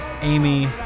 Amy